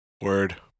Word